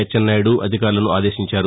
అచ్చెన్నాయుడు అధికారులను ఆదేశించారు